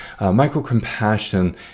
Micro-compassion